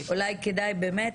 אולי כדאי באמת